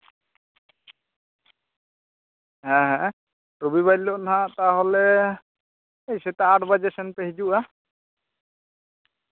ᱦᱮᱸ ᱦᱮᱸ ᱨᱚᱵᱤ ᱵᱟᱨ ᱦᱤᱞᱳᱜ ᱱᱟᱦᱟᱜ ᱛᱟᱦᱞᱮ ᱥᱮᱛᱟᱜ ᱟᱴ ᱵᱟᱡᱮ ᱥᱮᱱ ᱯᱮ ᱦᱤᱡᱩᱜᱼᱟ